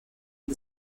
the